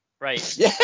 Right